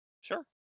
Sure